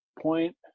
point